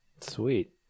sweet